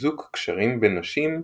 חיזוק קשרים בין נשים,